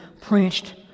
preached